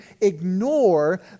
ignore